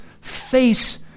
face